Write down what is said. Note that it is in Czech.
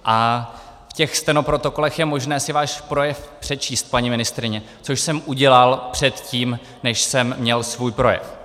A v těch stenoprotokolech je možné si váš projev přečíst, paní ministryně, což jsem udělal předtím, než jsem měl svůj projev.